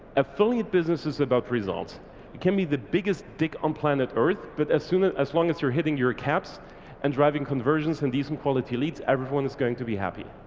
affiliate business is about results. it can be the biggest dick on planet earth but as soon as long as you're hitting your caps and driving conversions and these and quality leads, everyone is going to be happy.